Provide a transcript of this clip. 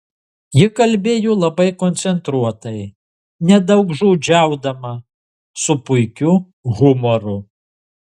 ji kalbėjo labai koncentruotai nedaugžodžiaudama su puikiu humoru